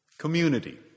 Community